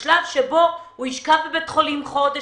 אם הוא ישכב בבית החולים חודש,